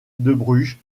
bruges